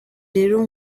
rero